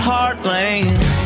Heartland